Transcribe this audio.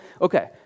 okay